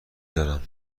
دارم